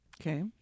Okay